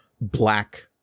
black